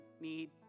need